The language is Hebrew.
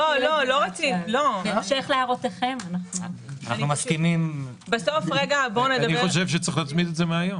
אני חושב שצריך להצמיד את זה מהיום.